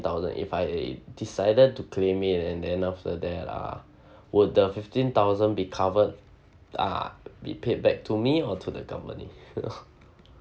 thousand if I decided to claim it and then after that uh would the fifteen thousand be covered ah be paid back to me or to the company you know